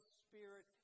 spirit